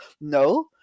No